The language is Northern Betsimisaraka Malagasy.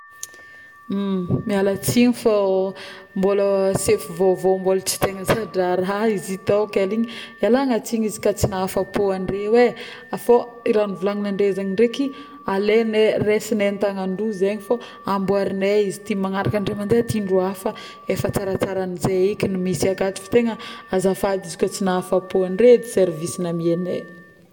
˂noise˃ mialatsigny fô mbôla sefo vôvô mbôla tsy tegna zadraraha izy tao ke, ialagnatsigny izy ka tsy nahafapo andreo e, fô iy raha volagnin'andre zegny ndraiky alaignay, raisignay antagnan-droa zegny fô amboarignay izy ity magnaraka, indrimandeha mbô hafa ef atsaratsara an'ze eky ny misy akato fô tegna azafady ko tsy nahafa-po andre ny service nomenay